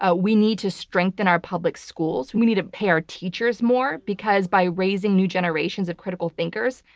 ah we need to strengthen our public schools. and we need to pay our teachers more because by raising new generations of critical thinkers,